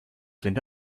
linda